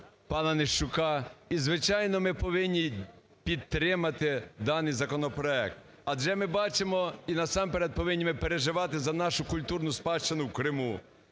пана Нищука. І, звичайно, ми повинні підтримати даний законопроект, адже ми бачимо і насамперед повинні ми переживати за нашу культурну спадщину в Криму.